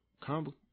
combo